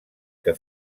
que